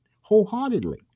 wholeheartedly